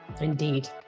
Indeed